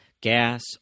gas